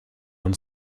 when